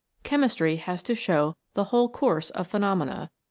chemistry has to show the whole course of phenomena,